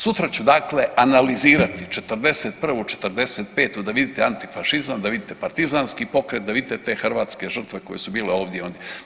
Sutra ću dakle analizirati '41., '45. da vidite antifašizam, da vidite partizanski pokret, da vidite te hrvatske žrtve koje su bile ovdje ondje.